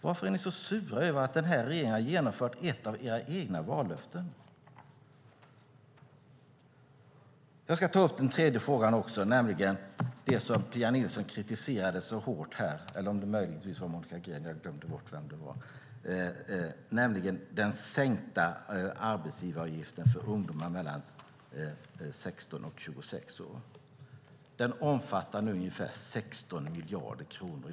Varför är ni så sura över att den här regeringen har genomfört ett av era egna vallöften? Jag ska ta upp en tredje fråga också, nämligen det som Pia Nilsson kritiserade så hårt här, eller om det möjligen var Monica Green. Jag har glömt bort vem det var. Det gäller den sänkta arbetsgivaravgiften för ungdomar mellan 16 och 26 år. Den omfattar nu ungefär 16 miljarder kronor.